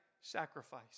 sacrifice